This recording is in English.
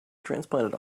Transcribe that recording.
transplanted